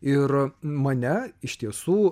ir mane iš tiesų